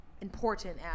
important